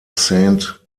saint